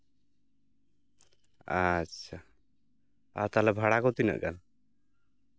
ᱟᱪᱪᱷᱟ ᱛᱟᱞᱦᱮ ᱵᱷᱟᱲᱟ ᱠᱚ ᱛᱤᱱᱟᱹᱜ ᱜᱟᱱ